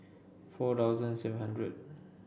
four thousand seven hundred